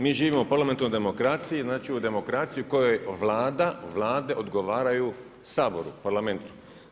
Mi živimo u parlamentoj demokraciji, znači u demokraciji u kojoj Vlada, Vlade, odgovaraju Saboru, Parlamentu.